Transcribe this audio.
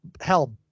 help